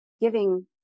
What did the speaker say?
giving